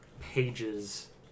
pages